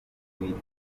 uwiteka